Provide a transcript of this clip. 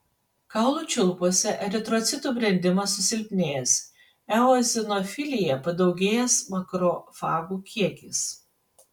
kaulų čiulpuose eritrocitų brendimas susilpnėjęs eozinofilija padaugėjęs makrofagų kiekis